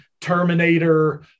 Terminator